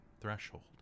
threshold